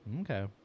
Okay